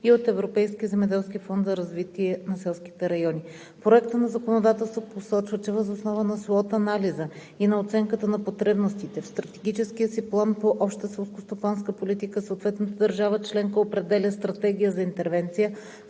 и от Европейския земеделски фонд за развитие на селските райони. Проектът на законодателство посочва, че въз основа на SWOT анализа и на оценката на потребностите в Стратегическия план по Обща селскостопанска политика съответната държава членка определя стратегия за интервенция,